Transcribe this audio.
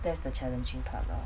that's the challenging part lor